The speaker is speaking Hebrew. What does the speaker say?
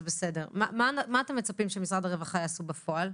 מה אתם מצפים שמשרד הרווחה יעשו בפועל?